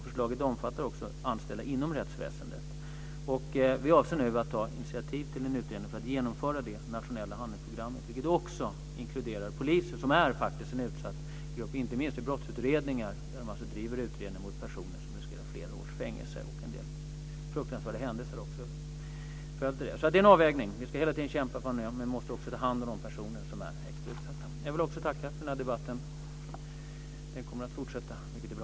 Förslaget omfattar också anställda inom rättsväsendet. Vi avser nu att ta initiativ till en utredning för att genomföra det nationella handlingsprogrammet. Det inkluderar också poliser, som faktiskt är en utsatt grupp inte minst då de driver brottsutredningar mot personer som riskerar flera års fängelse. En del fruktansvärda händelser har följt av det. Det är en avvägning. Vi ska hela tiden kämpa, men vi måste också ta hand om de personer som är mest utsatta. Jag vill också tacka för denna debatt. Den kommer att fortsätta, vilket är bra.